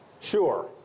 Sure